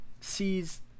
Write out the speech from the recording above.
sees